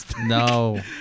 no